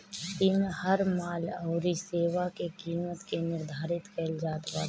इमे हर माल अउरी सेवा के किमत के निर्धारित कईल जात बाटे